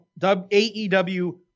AEW